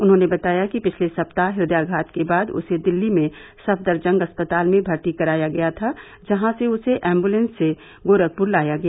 उन्होंने बताया कि पिछले सप्ताह हदयाघात के बाद उसे दिल्ली में सफदरजंग अस्पताल में भर्ती कराया गया था जहां से उसे एम्बुलेंस से गोरखपुर लाया गया